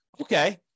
Okay